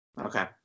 Okay